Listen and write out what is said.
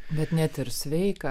bet net ir sveiką